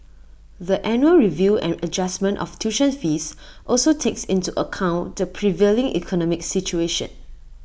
the annual review and adjustment of tuition fees also takes into account the prevailing economic situation